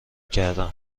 کردم